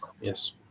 yes